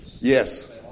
Yes